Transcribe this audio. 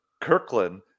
Kirkland